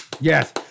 Yes